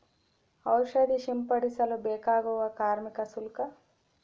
ಔಷಧಿ ಸಿಂಪಡಿಸಲು ಬೇಕಾಗುವ ಕಾರ್ಮಿಕ ಶುಲ್ಕ?